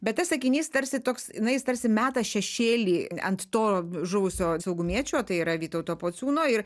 bet tas sakinys tarsi toks na jis tarsi meta šešėlį ant to žuvusio saugumiečio tai yra vytauto pociūno ir